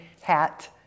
hat